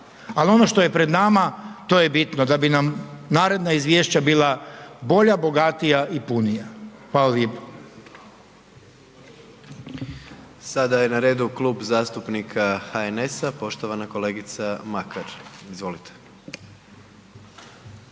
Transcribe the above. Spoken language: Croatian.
Ali ono što je pred nama to je bitno, da bi nam naredna izvješća bila bolja, bogatija i punija. Hvala lijepo. **Jandroković, Gordan (HDZ)** Sada je na redu Klub zastupnika HNS-a, poštovana kolegica Makar. Izvolite. **Makar,